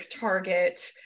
Target